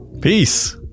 Peace